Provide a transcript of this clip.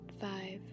five